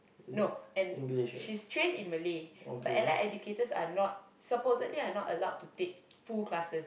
no and she's trained in Malay but Allied-Educators are not supposedly are not allowed to take full classes